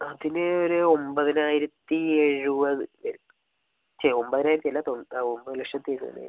അതിന് ഒരു ഒൻപതിനായിരത്തി എഴുപത് ച്ചെ ഒൻപതിനായിരത്തി അല്ല ഒൻപത് ലക്ഷത്തി ഇരുപതിനായിരം